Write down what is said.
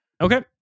Okay